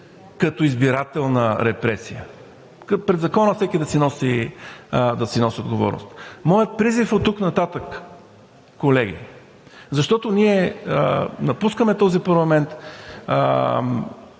като избирателна репресия. Пред закона всеки да си носи отговорност. Моят призив оттук нататък, колеги, защото ние напускаме този парламент,